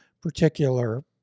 particular